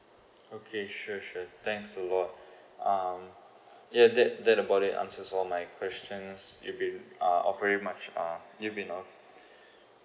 okay sure sure thanks a lot um yeah that that about it answers all my question you been uh operate much uh you been uh